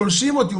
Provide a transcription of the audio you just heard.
תולשים אותי,